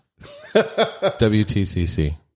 WTCC